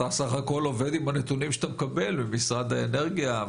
אתה סך הכול עובד עם הנתונים שאתה מקבל ממשרד האנרגיה.